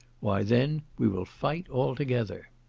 why then we will fight altogether.